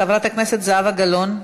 חברת הכנסת זהבה גלאון,